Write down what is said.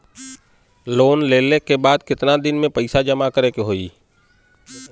Loan लेले के बाद कितना दिन में पैसा जमा करे के होई?